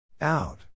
out